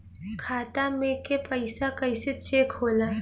खाता में के पैसा कैसे चेक होला?